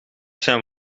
zijn